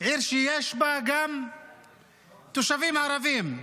עיר שיש בה גם תושבים ערבים,